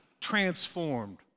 transformed